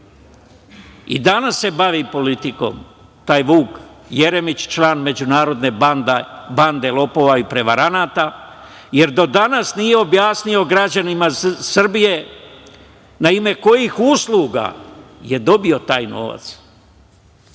I danas se bavi politikom, taj Vuk Jeremić član međunarodne bande lopova i prevaranata, jer do danas nije objasnio građanima Srbije na ime kojih usluga je dobio taj novac? Isti